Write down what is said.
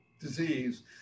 disease